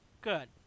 Good